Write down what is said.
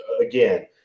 again